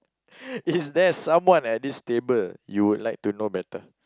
is there someone at this table you would like to know better